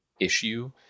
issue